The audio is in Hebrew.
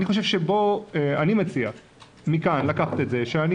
אני מציע מכאן לקחת את זה,